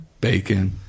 bacon